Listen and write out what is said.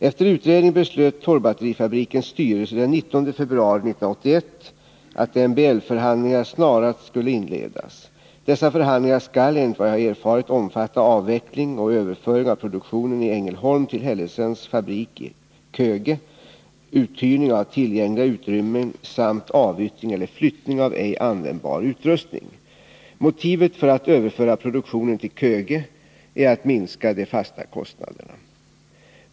Efter utredning beslöt Torrbatterifabrikens styrelse den 19 februari 1981 att MBL-förhandlingar snarast skulle inledas. Dessa förhandlingar skall, enligt vad jag har erfarit, omfatta avveckling och överföring av produktion i Ängelholm till Hellesens fabrik i Köge, uthyrning av tillgängliga utrymmen samt avyttring eller flyttning av ej användbar utrustning. Motivet för att överföra produktionen till Köge är att minska de fasta kostnaderna.